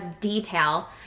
detail